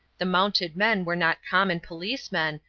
the mounted men were not common policemen,